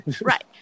Right